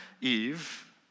Eve